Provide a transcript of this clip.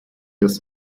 das